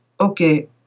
okay